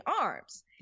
arms